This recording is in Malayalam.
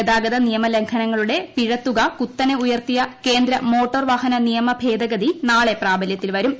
ഗതാഗത നിയമലംഘനങ്ങളുടെ പിഴത്തുക കുത്തനെ ഉയർത്തിയ കേന്ദ്ര മോട്ടോർവാഹന നിയമ ഭേദഗതി നാളെ പ്രാബലൃത്തിൽ വരും